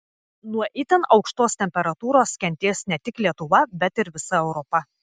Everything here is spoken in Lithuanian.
nuo itin aukštos temperatūros kentės ne tik lietuva bet ir visa europa